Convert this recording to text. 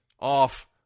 off